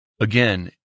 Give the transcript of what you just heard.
Again